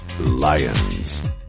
Lions